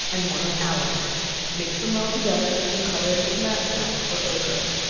and one of alum mix them well together, and color it with lamp-black or ochre.